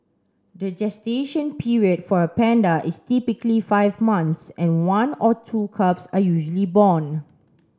the gestation period for a panda is typically five months and one or two cubs are usually born